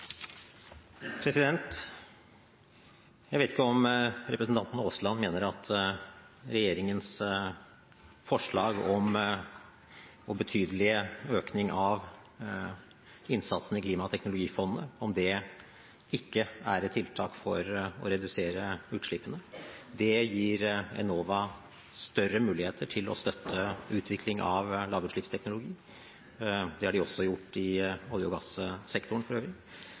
Jeg vet ikke om representanten Aasland mener at regjeringens forslag om betydelig økning av innsatsen i klimateknologifondet ikke er et tiltak for å redusere utslippene. Det gir Enova større muligheter til å støtte utvikling av lavutslippsteknologi. Det har de også gjort i olje- og gassektoren, for øvrig.